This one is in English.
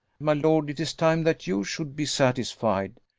my lord, it is time that you should be satisfied.